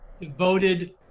devoted